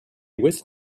with